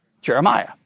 Jeremiah